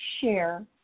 share